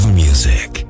music